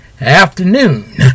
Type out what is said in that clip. afternoon